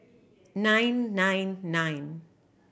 nine nine nine